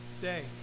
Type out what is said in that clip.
day